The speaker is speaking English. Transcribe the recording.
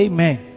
Amen